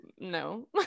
no